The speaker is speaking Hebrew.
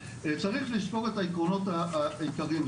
צריך לזכור את העקרונות העיקריים.